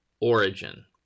origin